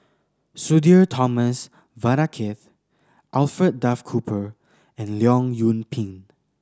Sudhir Thomas Vadaketh Alfred Duff Cooper and Leong Yoon Pin